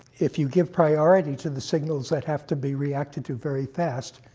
if you give priority to the signals that have to be reacted to very fast,